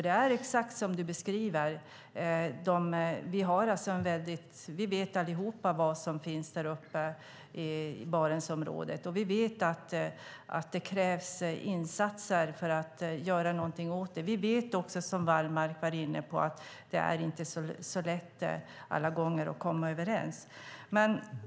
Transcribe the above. Det är exakt som ministern beskriver: Vi vet allihop vad som finns i Barentsområdet. Och vi vet att det krävs insatser för att göra någonting åt det. Vi vet också, som Wallmark var inne på, att det inte alla gånger är så lätt att komma överens.